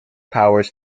powers